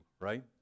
right